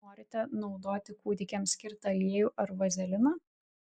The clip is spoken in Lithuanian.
norite naudoti kūdikiams skirtą aliejų ar vazeliną